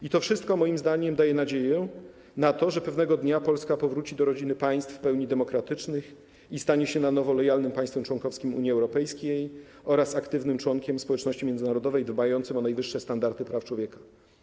I to wszystko, moim zdaniem, daje nadzieję na to, że pewnego dnia Polska powróci do rodziny państw w pełni demokratycznych i stanie się na nowo lojalnym państwem członkowskim Unii Europejskiej oraz aktywnym członkiem społeczności międzynarodowej dbającym o najwyższe standardy praw człowieka.